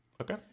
Okay